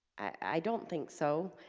i don't think so.